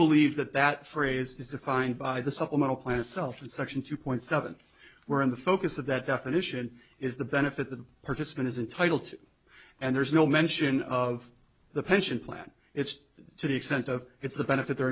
believe that that phrase is defined by the supplemental plan itself and section two point seven were in the focus of that definition is the benefit the participant is entitled to and there's no mention of the pension plan it's to the extent of it's the benefit they're